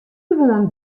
gewoan